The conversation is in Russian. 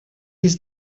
есть